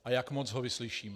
A jak moc ho vyslyšíme.